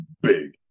big